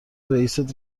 رئیست